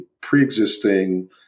pre-existing